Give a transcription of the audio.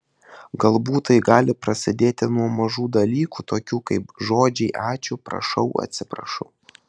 galbūt tai gali prasidėti nuo mažų dalykų tokių kaip žodžiai ačiū prašau atsiprašau